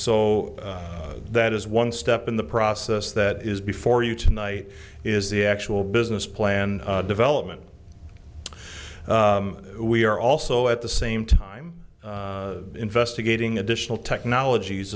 o that is one step in the process that is before you tonight is the actual business plan development we are also at the same time investigating additional technologies